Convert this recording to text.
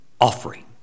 Offering